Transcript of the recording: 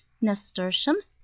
nasturtiums